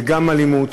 זה גם אלימות,